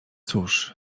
cóż